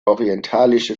orientalische